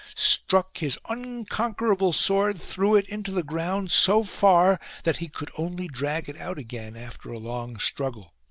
struck his unconquerable sword through it into the ground so far, that he could only drag it out again after a long struggle.